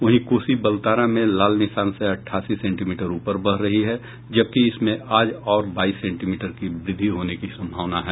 वहीं कोसी बलतारा में लाल निशान से अट्ठासी सेंटीमीटर ऊपर बह रही है जबकि इसमें आज और बाईस सेंटीमीटर की वृद्धि होने की संभावना है